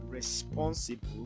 Responsible